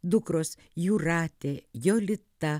dukros jūratė jolita